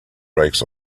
brakes